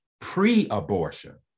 pre-abortion